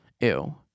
Ew